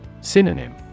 Synonym